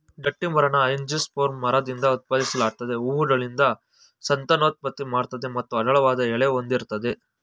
ಗಟ್ಟಿಮರನ angiosperm ಮರದಿಂದ ಉತ್ಪಾದಿಸಲಾಗ್ತದೆ ಹೂವುಗಳಿಂದ ಸಂತಾನೋತ್ಪತ್ತಿ ಮಾಡ್ತದೆ ಮತ್ತು ಅಗಲವಾದ ಎಲೆ ಹೊಂದಿರ್ತದೆ